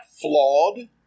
flawed